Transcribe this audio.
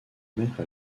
mettre